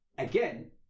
Again